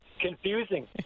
confusing